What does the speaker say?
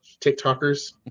TikTokers